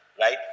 right